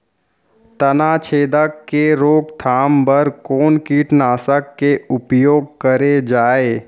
तनाछेदक के रोकथाम बर कोन कीटनाशक के उपयोग करे जाये?